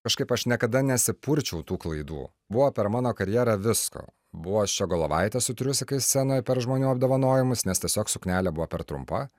kažkaip aš niekada nesi purčiau tų klaidų buvo per mano karjerą visko buvo ščiogolovaitė su triusikais scenoje per žmonių apdovanojimus nes tiesiog suknelė buvo per trumpa